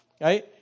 right